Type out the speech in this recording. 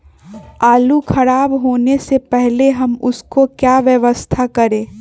आलू खराब होने से पहले हम उसको क्या व्यवस्था करें?